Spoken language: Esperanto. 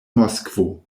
moskvo